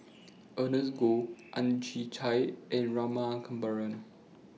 Ernest Goh Ang Chwee Chai and Rama Kannabiran